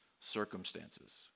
circumstances